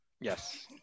Yes